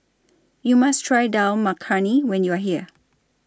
YOU must Try Dal Makhani when YOU Are here